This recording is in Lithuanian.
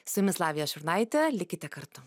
su jumis lavija šurnaitė likite kartu